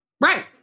Right